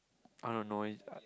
I don't know